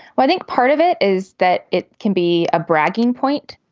i think part of it is that it can be a bragging point.